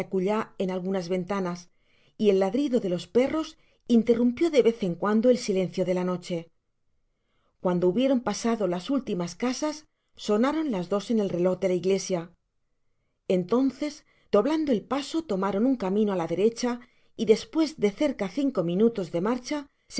acullá en algunas ventanas y el ladrido de los perros interrumpió de vez en cuando el silencio de la noche cuando hubieron pasado las últimas casas sonaron las dos en el reló de la iglesia entonces doblando el paso tomaron un camino á la derecha y despues do cerca cinco minutos de marcha